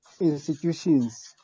institutions